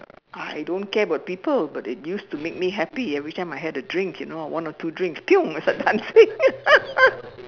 I don't care about people but it used to make me happy every time I had a drink you know one or two drinks I start dancing